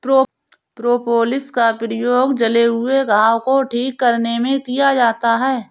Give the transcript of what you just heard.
propolis का प्रयोग जले हुए घाव को ठीक करने में किया जाता है